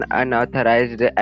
unauthorized